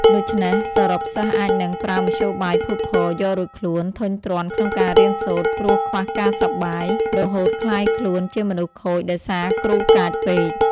ដូច្នេះ សរុបសិស្សអាចនឹងប្រើមធ្យោបាយភូតភរ យករួចខ្លួន ធុញទ្រាន់ក្នុងការរៀនសូត្រ ព្រោះខ្វះការសប្បាយ រហូតក្លាយខ្លួនជាមនុស្សខូច ដោយសារគ្រូកាចពេក ។